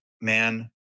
man